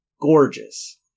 gorgeous